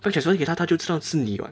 而且所以给他她就知道是你 [what]